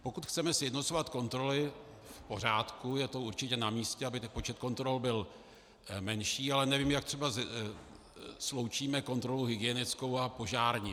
Pokud chceme sjednocovat kontroly, v pořádku, je to určitě namístě, aby ten počet kontrol byl menší, ale nevím, jak třeba sloučíme kontrolu hygienickou a požární.